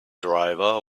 driver